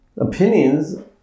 Opinions